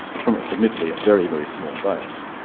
from admittedly a very, very small base.